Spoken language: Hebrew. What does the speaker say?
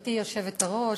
גברתי היושבת-ראש,